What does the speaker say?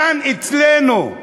כאן, אצלנו,